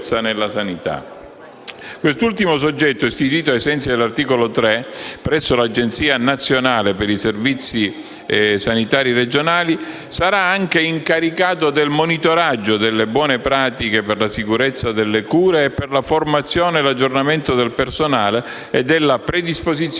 Quest'ultimo soggetto, istituito ai sensi dell'articolo 3, presso l'Agenzia nazionale per i servizi sanitari regionali, sarà anche incaricato del monitoraggio delle buone pratiche per la sicurezza delle cure e per la formazione e l'aggiornamento del personale e della predisposizione